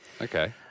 Okay